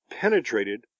penetrated